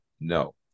No